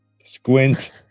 Squint